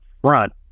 front